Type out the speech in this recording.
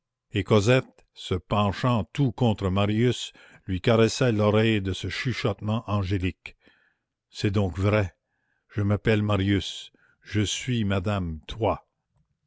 et cosette se penchant tout contre marius lui caressa l'oreille de ce chuchotement angélique c'est donc vrai je m'appelle marius je suis madame toi